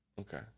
Okay